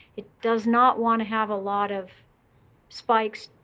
it does not want to have a lot of spikes,